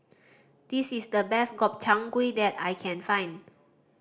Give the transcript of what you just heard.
this is the best Gobchang Gui that I can find